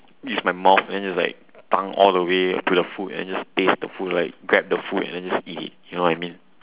use my mouth and just like tongue all the way to the food and just taste the food like grab the food and then just eat it you know what I mean